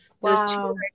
Wow